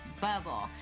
bubble